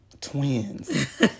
twins